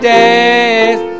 days